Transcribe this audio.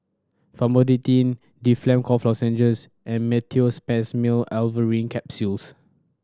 Famotidine Difflam Cough Lozenges and Meteospasmyl Alverine Capsules